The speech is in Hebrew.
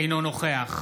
אינו נוכח